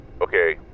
Okay